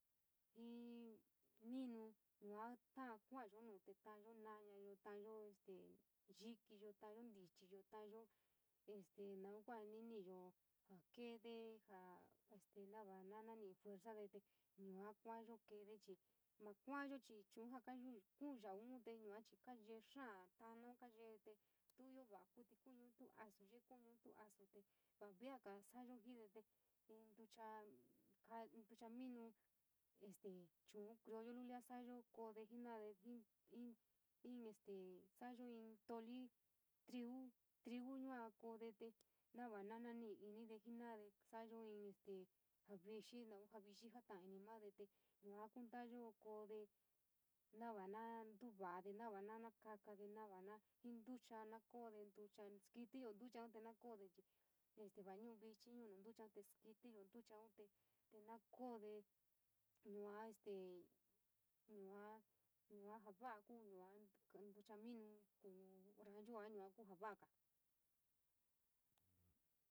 Inn minú yua taa kua’ayonnu te taayo nuñayo, taayo yikiiyo, taayo ntichii, taayo este naun kua ni ni’iyo jaa keede jaa nanani’i fuerza de te yua kua’ayo keede chii, ma kuayo chii chuun jaa kuyau, jaa kuyau te yua chii kayee xaa tana kaa yee te tuu ioo va’a kuítí kuuñuun, tuu asu yee kuñun, tuu asute, va via’aga sa’ayo jide te inn ntucha cal, ntucha minu este chuun criollo lulia, sa’ayo koode jenade ji, ji in este sa’ayo ínn tolitriu, trigu yua koode te na va na nañi’ii inide jenade te sa’ayo inn este jaa vixii, naun jaa vixii jata’a ini made te yua kuntayo koode, no va nantuvade na na nakakoo na nava jii ntucha na koode, te ntucha, skítí ntuchaun te na koode chii este va ñu’u vichi nu ntuchaun, te stíkíyo ntuchaun te na koode yua este yua, yua jaa va’a kuu yua ntuchaminu kuuñu jaa ranchua yua kuu jaa va’aga.